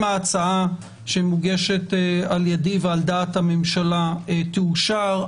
ההצעה שמוגשת על ידי ועל דעת הממשלה תאושר,